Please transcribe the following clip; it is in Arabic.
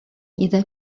إذا